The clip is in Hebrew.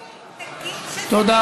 חיליק, תגיד שזה ביידוע.